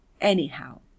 Anyhow